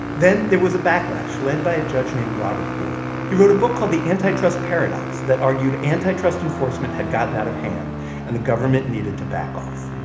then there was a backlash led by a judge named robert bork. he wrote a book called the antitrust paradox that argued antitrust enforcement had gotten out of hand and the government needed to back off.